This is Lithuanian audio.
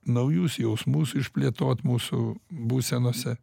naujus jausmus išplėtot mūsų būsenose